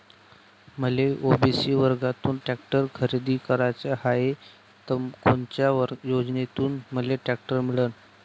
मले ओ.बी.सी वर्गातून टॅक्टर खरेदी कराचा हाये त कोनच्या योजनेतून मले टॅक्टर मिळन?